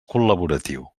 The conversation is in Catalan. col·laboratiu